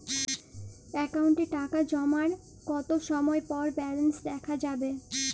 অ্যাকাউন্টে টাকা জমার কতো সময় পর ব্যালেন্স দেখা যাবে?